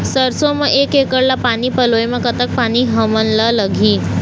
सरसों म एक एकड़ ला पानी पलोए म कतक पानी हमन ला लगही?